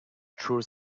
through